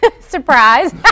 surprise